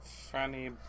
Funny